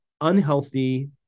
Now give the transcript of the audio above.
unhealthy